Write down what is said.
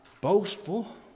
boastful